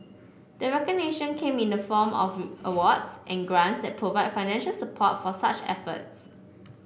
the recognition came in the form of awards and grants that provide financial support for such efforts